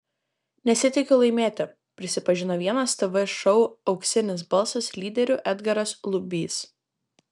nesitikiu laimėti prisipažino vienas tv šou auksinis balsas lyderių edgaras lubys